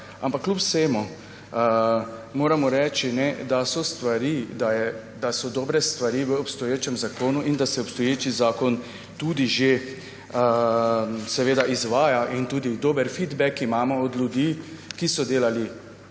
Ampak kljub vsemu moramo reči, da so dobre stvari v obstoječem zakonu in da se obstoječi zakon tudi že izvaja in tudi dober feedback imamo od ljudi, ki so delali